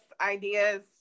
ideas